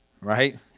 Right